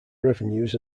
revenues